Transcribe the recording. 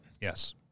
Yes